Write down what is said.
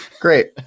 great